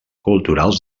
culturals